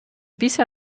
bisher